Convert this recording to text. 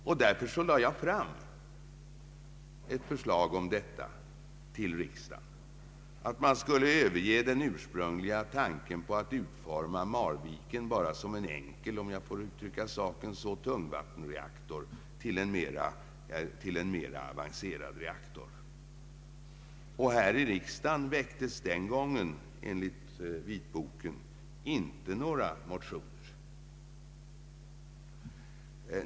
Efter omsorgsfullt övervägande lade jag till riksdagen fram ett förslag om att överge den ursprungliga tanken att utforma Marvikenreaktorn bara såsom en, om jag får uttrycka mig så, enkel tungvattenreaktor och i stället besluta om en mer avancerad reaktor. Enligt vitboken väcktes den gången inte några motioner här i riksdagen.